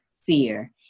fear